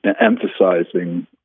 emphasizing